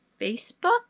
Facebook